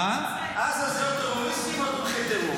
עזה זה או טרוריסטים או תומכי טרור.